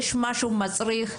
יש משהו מצריך.